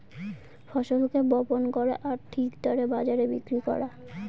ফসলকে বপন করা আর ঠিক দরে বাজারে বিক্রি করা